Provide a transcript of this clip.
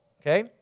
Okay